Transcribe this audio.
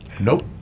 Nope